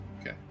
Okay